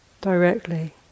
directly